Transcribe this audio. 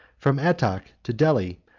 from attok to delhi,